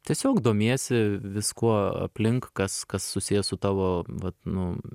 tiesiog domiesi viskuo aplink kas kas susiję su tavo vat nu